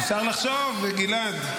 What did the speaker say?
אפשר לחשוב, גלעד.